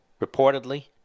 reportedly